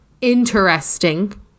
interesting